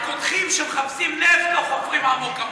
הקודחים שמחפשים נפט לא חופרים עמוק כמוך.